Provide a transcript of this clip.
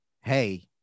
hey